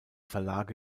verlage